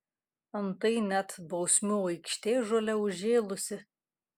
antai net bausmių aikštė žole užžėlusi